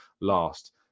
last